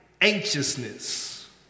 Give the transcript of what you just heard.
anxiousness